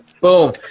Boom